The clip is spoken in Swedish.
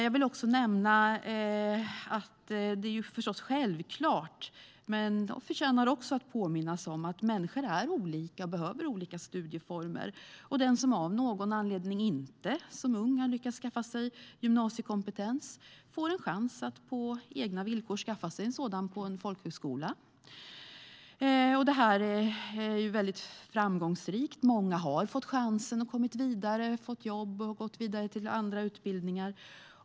Jag vill också nämna att det är självklart - men det förtjänar att påminnas om - att människor är olika och behöver olika studieformer. Den som av någon anledning inte har lyckats att skaffa sig gymnasiekompetens som ung får en chans att på egna villkor skaffa sig en sådan på en folkhögskola. Detta har varit väldigt framgångsrikt. Många har fått chansen att komma vidare, fått jobb eller fortsatt till andra utbildningar.